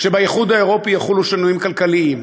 כשבאיחוד האירופי יחולו שינויים כלכליים,